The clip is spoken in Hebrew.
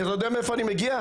אני יודע מאיפה אני מגיע,